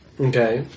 okay